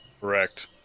Correct